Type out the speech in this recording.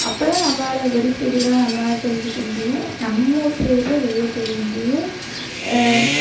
அப்போ தான் நம்மளால் வெளி செய்திகளாம் நம்மளால் தெரிஞ்சிக்க முடியும் நம்மூர் செய்திகள் வெளிய தெரிய முடியும்